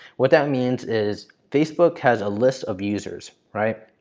what that means is facebook has a list of users, right?